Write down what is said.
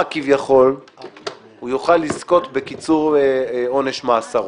כביכול הוא יוכל לזכות בקיצור עונש מאסרו.